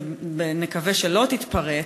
ונקווה שלא תתפרץ,